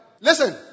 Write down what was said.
Listen